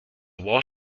wall